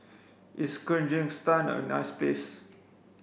is Kyrgyzstan a nice place